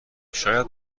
شاید